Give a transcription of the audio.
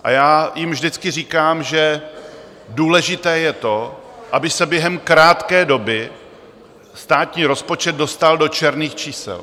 A já jim vždycky říkám, že důležité je to, aby se během krátké doby státní rozpočet dostal do černých čísel.